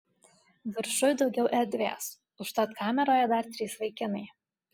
viršuj daugiau erdvės užtat kameroje dar trys vaikinai